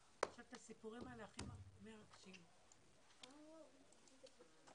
הישיבה ננעלה בשעה 11:49.